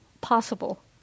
possible